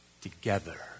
together